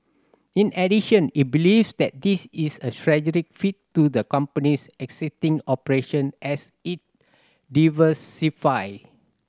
in addition it believes that this is a strategic fit to the company's existing operation as it diversify